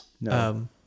No